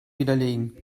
widerlegen